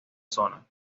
zona